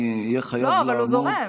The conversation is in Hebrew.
אני אהיה חייב, אבל הוא זורם.